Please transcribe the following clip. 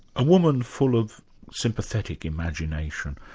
a woman full of sympathetic imagination,